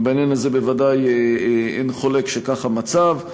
בעניין הזה בוודאי אין חולק שכך המצב.